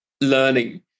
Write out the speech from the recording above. learning